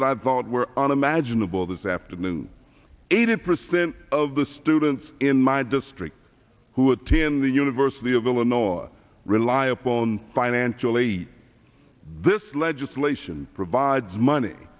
that i thought were unimaginable this afternoon eighty percent of the students in my district who attend the university of illinois or rely upon financially this legislation provides money